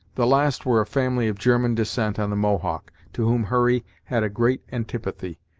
the last were a family of german descent on the mohawk, to whom hurry had a great antipathy,